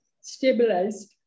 stabilized